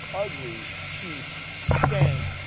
ugly, cheap, skank,